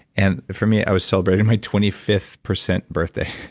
and for me, i was celebrating my twenty fifth percent birthday.